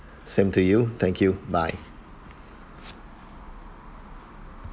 same to you thank you bye